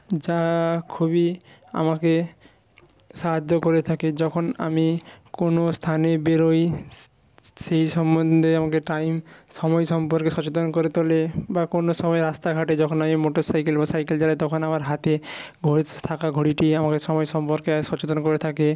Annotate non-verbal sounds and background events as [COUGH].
যা খুবই আমাকে সাহায্য করে থাকে যখন আমি কোনো স্থানে বেরোই সেই সম্বন্ধে আমাকে টাইম সময় সম্পর্কে সচেতন করে তোলে বা কোনো সময় রাস্তাঘাটে যখন আমি মোটর সাইকেল বা সাইকেল চালাই তখন আমার হাতে [UNINTELLIGIBLE] থাকা ঘড়িটিই আমাকে সময় সম্পর্কে সচেতন করে থাকে